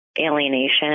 alienation